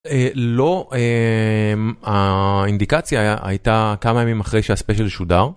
לא.האינדיקציה הייתה כמה ימים אחרי שהספיישל שודר.